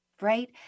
right